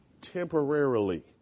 temporarily